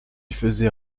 faisais